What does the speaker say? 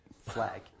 flag